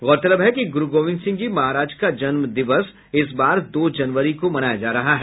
गौरतलब है कि गुरू गोविंद सिंह जी महाराज का जन्म दिवस इस बार दो जनवरी को मनाया जा रहा है